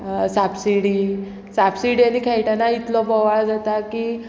सापसिडी सापसिडियांनी खेळटना इतलो बोवाळ जाता की